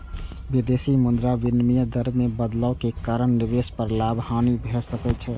विदेशी मुद्रा विनिमय दर मे बदलाव के कारण निवेश पर लाभ, हानि भए सकै छै